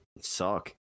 Suck